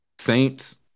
Saints